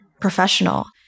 professional